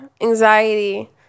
Anxiety